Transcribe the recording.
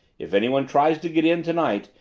if anyone tries to get in tonight,